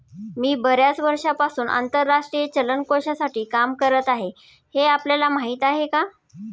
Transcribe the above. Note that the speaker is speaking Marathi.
मी बर्याच वर्षांपासून आंतरराष्ट्रीय चलन कोशासाठी काम करत आहे, ते आपल्याला माहीत आहे का?